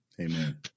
Amen